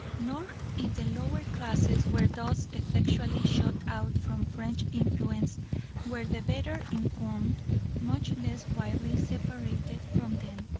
nor if the lower classes were thus effectually shut out from french influence were the better informed much less widely separated from them.